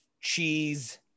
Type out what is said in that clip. cheese